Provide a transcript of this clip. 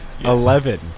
Eleven